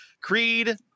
Creed